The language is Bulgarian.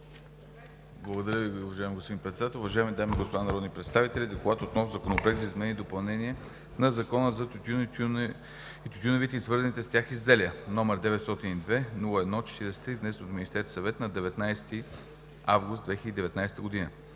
Благодаря Ви, уважаеми господин Председател. Уважаеми дами и господа народни представители, „ДОКЛАД относно Законопроект за изменение и допълнение на Закона за тютюна, тютюневите и свързаните с тях изделия, № 902-01-43, внесен от Министерския съвет на 19 август 2019 г.